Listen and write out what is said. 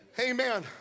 Amen